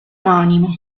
omonimo